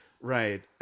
Right